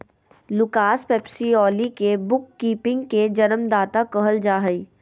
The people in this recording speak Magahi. लूकास पेसियोली के बुक कीपिंग के जन्मदाता कहल जा हइ